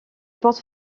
portes